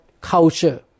culture